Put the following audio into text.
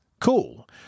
Cool